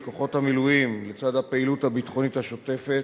כוחות המילואים לצד הפעילות הביטחונית השוטפת,